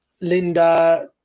Linda